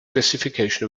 classification